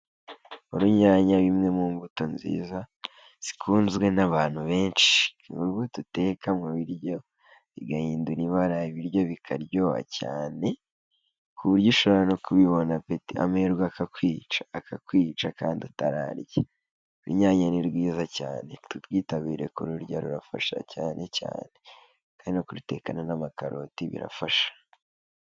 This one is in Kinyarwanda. Urunyanya bimwe mu mbuto nziza zikunzwe n'abantu benshi. Ni urubuto uteka mu biryo bigahindura ibara ibiryo bikaryoha cyane, kuburyo ushobora no kubibona apeti amerwe akakwica akakwica kandi utaranarya. Urunyanya ni rwiza cyane, turwitabire kururya rurafasha cyane cyane. Kandi no kurutekana n'amakaroti birafasha.